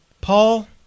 Paul